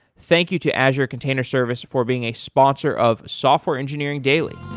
thank you to azure container service for being a sponsor of software engineering daily.